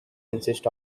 insist